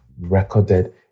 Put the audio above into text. recorded